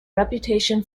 reputation